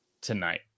tonight